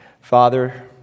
father